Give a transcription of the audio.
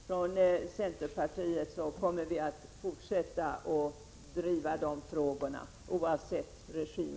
Från centerpartiet kommer vi att fortsätta att driva de frågorna oavsett regim.